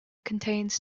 contains